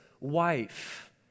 wife